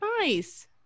Nice